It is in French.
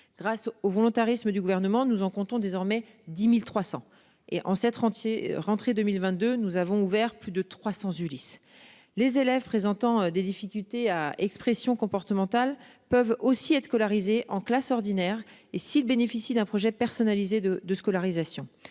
grâce au volontarisme du gouvernement, nous en comptons désormais 10.300 et ancêtre entier. Rentrée 2022, nous avons ouvert plus de 300. Ulysse, les élèves présentant des difficultés à expression comportemental peuvent aussi être scolarisés en classe ordinaire et s'il bénéficie d'un projet personnalisé de scolarisation